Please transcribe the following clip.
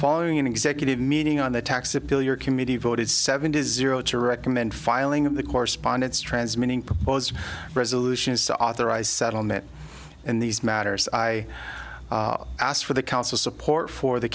following an executive meeting on the tax appeal your committee voted seven to zero to recommend filing of the correspondence transmitting proposed resolution is to authorize settlement in these matters i asked for the council support for the